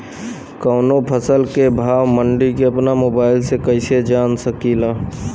कवनो फसल के भाव मंडी के अपना मोबाइल से कइसे जान सकीला?